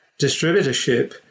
distributorship